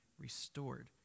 restored